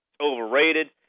Overrated